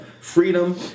freedom